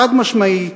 חד-משמעי,